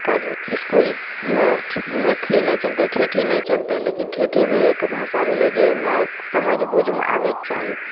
कर इसकुलमे नहि चलतय ठेठी नहि चलतय लेकिन ठेठी भी एक भाषा भेलय जे हमरा समझ बुझिमे आबयके चाही